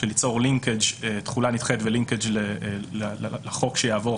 ליצור תחולה נדחית ולינקג' לחוק שיעבור.